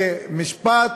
ומשפט